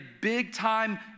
big-time